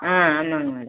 ஆ ஆமாம்ங்க மேடம்